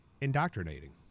indoctrinating